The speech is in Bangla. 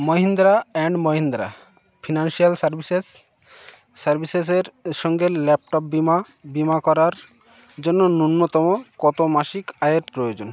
Mahindra and Mahindra financial services সার্ভিসেসের এর সঙ্গে ল্যাপটপ বিমা বিমা করার জন্য ন্যূনতম কতো মাসিক আয়ের প্রয়োজন